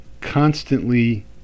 constantly